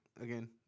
Again